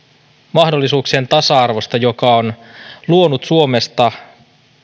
mahdollisuuksien tasa arvosta joka on luonut suomesta